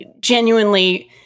genuinely